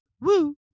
woo